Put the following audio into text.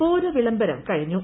പൂര വിളംബരം കഴിഞ്ഞു